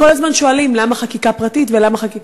כל הזמן שואלים: למה חקיקה פרטית, ולמה חקיקה?